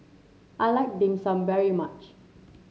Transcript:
I like Dim Sum very much